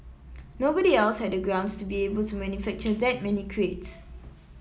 nobody else had the grounds to be able to manufacture that many crates